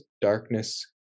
darkness